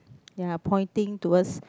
ya pointing towards